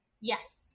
Yes